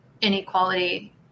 inequality